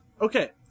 Okay